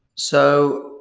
so,